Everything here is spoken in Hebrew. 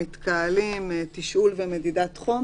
תשאול ומדידת חום.